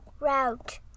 route